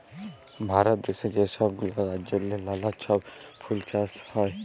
ভারত দ্যাশে ছব গুলা রাজ্যেল্লে লালা ছব ফুল চাষ হ্যয়